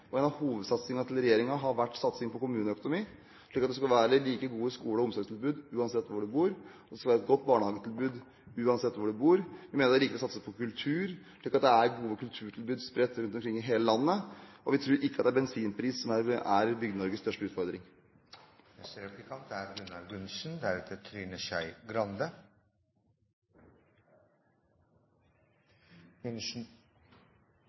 En av hovedsatsingene til regjeringen har vært på kommuneøkonomi, slik at det skal være like gode skole- og omsorgstilbud uansett hvor du bor, og at det skal være et godt barnehagetilbud uansett hvor du bor. Vi mener det er riktig å satse på kultur, slik at det er gode kulturtilbud spredt rundt omkring i hele landet. Vi tror ikke det er bensinprisen som er Bygde-Norges største utfordring.